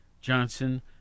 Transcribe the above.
Johnson